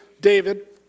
David